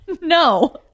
no